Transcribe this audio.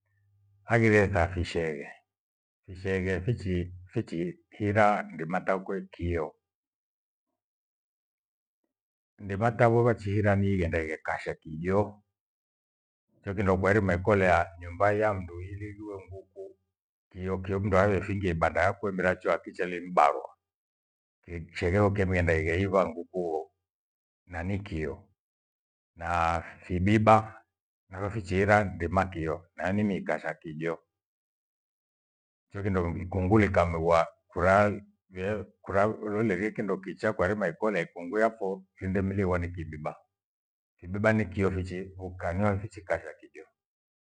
Aghire tha visheghe, visheghe hira ndima takwekio. Ndima tavo vachiira niighenda ighekasha kijo. Ndicho kindo kwaerima ikolea nyumba ya mndu ilighiwe nguku kiokio mndu aghefingie ibanda yakwe mira choo akicha limibarwa. Kisheghe oke kimiendeghaiva nguku huo na nikio. Na fibiba nayo fichiira ndima kiyo nayo ni mikasha kijo. Hicho kindo ikungu likamegwa kura- rie- kurarolie li kindokicha kwairima ikolea ikungu yapho lindemiliwa ni kibiba. Kibiba nikio vichi vukanywa vichikaria kijo.